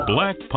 Black